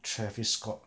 travis scott